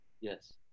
Yes